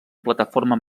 plataforma